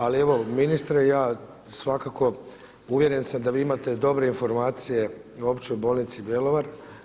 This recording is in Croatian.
Ali evo ministre ja svakako uvjeren sam da vi imate dobre informacije o Općoj Bolnici Bjelovar.